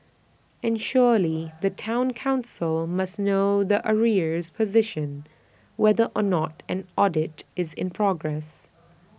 and surely the Town Council must know the arrears position whether or not an audit is in progress